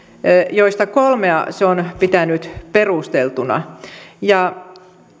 joista kolmea se on pitänyt perusteltuna